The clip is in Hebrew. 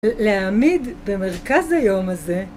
להעמיד במרכז היום הזה